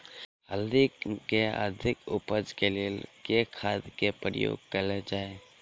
हल्दी केँ अधिक उपज केँ लेल केँ खाद केँ प्रयोग कैल जाय?